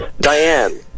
Diane